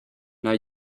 now